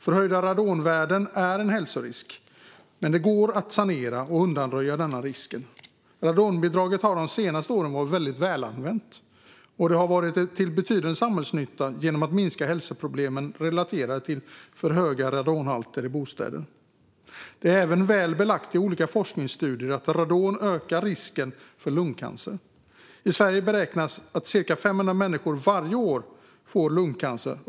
Förhöjda radonvärden är en hälsorisk, men det går att sanera och undanröja denna risk. Radonbidraget har de senaste åren varit väldigt välanvänt och har varit till betydande samhällsnytta genom att minska hälsoproblemen relaterade till för höga radonhalter i bostäder. Det är även väl belagt i olika forskningsstudier att radon ökar risken för lungcancer. I Sverige beräknas att cirka 500 människor varje år får lungcancer.